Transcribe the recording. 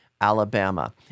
alabama